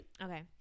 okay